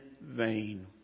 vain